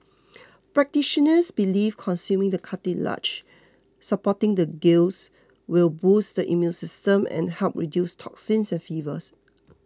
practitioners believe consuming the cartilage supporting the gills will boost the immune system and help reduce toxins and fevers